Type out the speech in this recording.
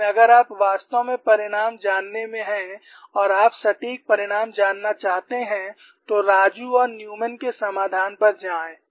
लेकिन अगर आप वास्तव में परिणाम जानने में हैं और आप सटीक परिणाम जानना चाहते हैं तो राजू और न्यूमैन के समाधान पर जाएं